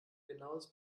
genaues